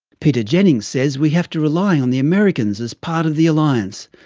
peter jennings says we have to rely on the americans as part of the alliance,